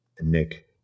Nick